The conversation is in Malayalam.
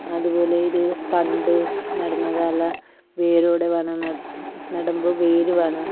അതുപോലെ ഇത് തണ്ട് നടുന്നതോ അല്ല വേരോടെ വേണമോ നടുമ്പോൾ വേര് വേണമോ